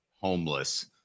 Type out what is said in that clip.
homeless